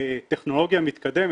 אני מדבר פה על הרגשה כללית רעה,